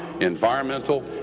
environmental